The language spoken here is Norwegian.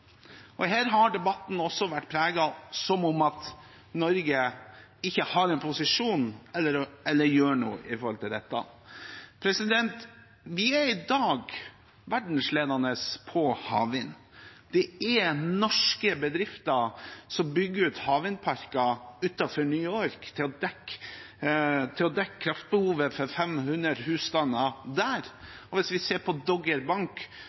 Her har debatten gått som om Norge ikke har en posisjon eller gjør noe i denne sammenheng. Vi er i dag verdensledende på havvind. Det er norske bedrifter som bygger ut havvindparker utenfor New York til å dekke kraftbehovet til 500 husstander der. Hvis vi ser på Doggerbank,